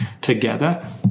together